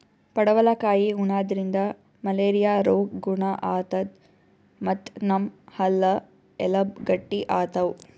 ಪಡವಲಕಾಯಿ ಉಣಾದ್ರಿನ್ದ ಮಲೇರಿಯಾ ರೋಗ್ ಗುಣ ಆತದ್ ಮತ್ತ್ ನಮ್ ಹಲ್ಲ ಎಲಬ್ ಗಟ್ಟಿ ಆತವ್